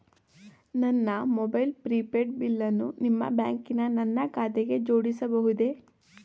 ನನ್ನ mobile prepaid ಬಿಲ್ಲನ್ನು ನಿಮ್ಮ ಬ್ಯಾಂಕಿನ ನನ್ನ ಖಾತೆಗೆ ಜೋಡಿಸಬಹುದೇ?